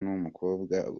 n’umukobwa